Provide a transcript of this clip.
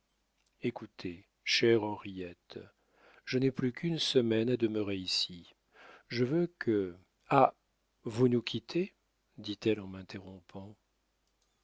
écoutez chère henriette je n'ai plus qu'une semaine à demeurer ici je veux que ah vous nous quittez dit-elle en m'interrompant